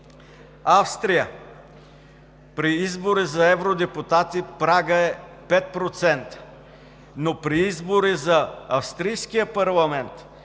Австрия – при избори за евродепутати прагът е 5%, но при избори за австрийския парламент,